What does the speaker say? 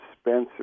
Spencer